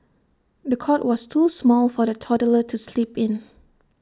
the cot was too small for the toddler to sleep in